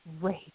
great